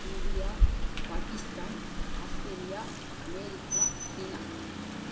India Pakistan Australia America China